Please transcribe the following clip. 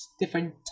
different